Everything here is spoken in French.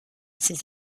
ses